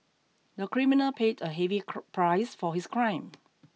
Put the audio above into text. the criminal paid a heavy price for his crime